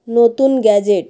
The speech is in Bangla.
নতুন গ্যাজেট